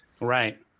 Right